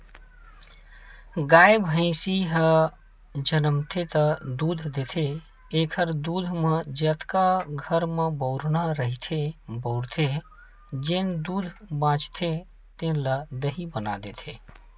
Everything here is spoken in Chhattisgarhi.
गाय, भइसी ह जमनथे त दूद देथे एखर दूद म जतका घर म बउरना रहिथे बउरथे, जेन दूद बाचथे तेन ल दही बना देथे